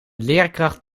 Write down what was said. leerkracht